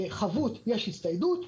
כאשר הייתה חבות הייתה הצטיידות,